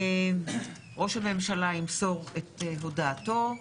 ראש הממשלה ימסור את הודעתו.